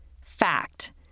Fact